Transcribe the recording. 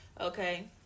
okay